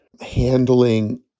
handling